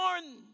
born